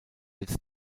jetzt